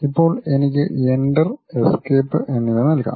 ഇപ്പോൾ എനിക്ക് enter escape എന്നിവ നൽകാം